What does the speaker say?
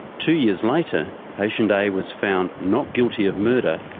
two years later, patient a was found not guilty of murder,